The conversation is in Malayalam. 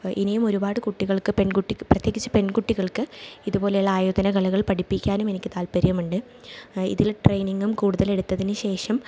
ഇനിയും ഒരുപാട് കുട്ടികൾക്ക് പെൺകുട്ടിക്ക് പ്രത്യേകിച്ച് പെൺകുട്ടികൾക്ക് ഇത് പോലെയുള്ള ആയോധന കലകൾ പഠിപ്പിക്കാനും എനിക്ക് താത്പര്യമുണ്ട് ഇതിൽ ട്രൈനിങ്ങും കൂടുതലെടുത്തതിനു ശേഷം